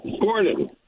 Gordon